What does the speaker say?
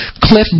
Cliff